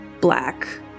black